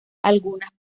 algunas